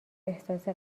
احساس